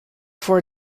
for